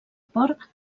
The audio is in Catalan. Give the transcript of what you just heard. port